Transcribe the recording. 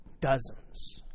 Dozens